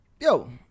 yo